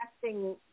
testing